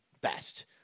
best